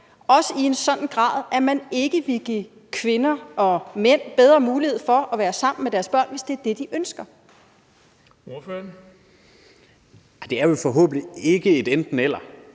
også i en sådan grad, at man ikke vil give kvinder og mænd bedre mulighed for at være sammen med deres børn, hvis det er det, de ønsker? Kl. 18:18 Den fg.